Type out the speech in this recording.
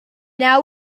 now